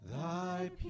thy